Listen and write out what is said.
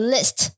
List